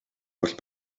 holl